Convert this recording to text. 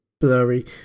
blurry